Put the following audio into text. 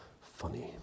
funny